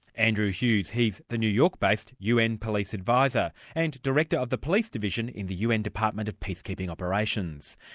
andrew hughes, he's the new york based un police adviser and director of the police division in the un department of peacekeeping operations.